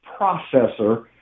processor